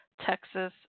Texas